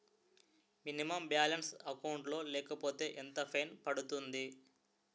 Minimum balance account లో లేకపోతే ఎంత ఫైన్ పడుతుంది?